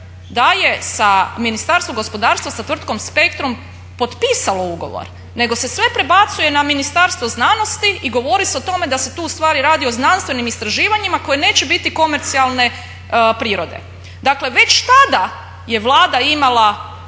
da je sa Ministarstvom gospodarstva, sa tvrtkom Spektrum potpisalo ugovor, nego se sve prebacuje na Ministarstvo znanosti i govori se o tome da se tu u stvari radi o znanstvenim istraživanjima koja neće biti komercijalne prirode. Dakle, već tada je Vlada imala